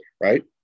right